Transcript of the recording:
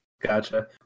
Gotcha